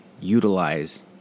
utilize